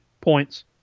points